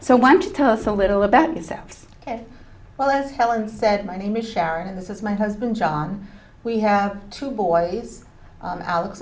so why don't you tell us a little about yourself as well as helen said my name is sharon and this is my husband john we have two boys is alex